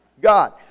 God